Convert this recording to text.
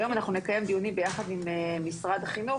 היום אנחנו נקיים דיונים ביחד עם משרד החינוך